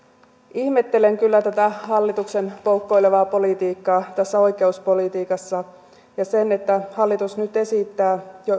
ihmettelen kyllä tätä hallituksen poukkoilevaa politiikkaa tässä oikeuspolitiikassa ja sitä että hallitus jo nyt esittää